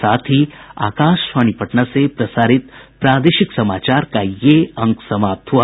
इसके साथ ही आकाशवाणी पटना से प्रसारित प्रादेशिक समाचार का ये अंक समाप्त हुआ